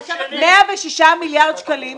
106 מיליארד שקלים,